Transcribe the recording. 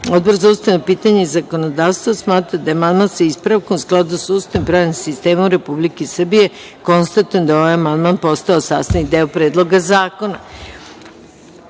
Pek. Odbor za ustavna pitanja i zakonodavstvo smatra da je amandman, sa ispravkom, u skladu sa Ustavom i pravnim sistemom Republike Srbije. Konstatujem da je ovaj amandman postao sastavni deo Predloga zakona. Na